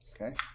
Okay